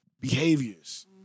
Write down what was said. behaviors